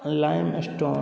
lime stone